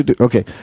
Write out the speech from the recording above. Okay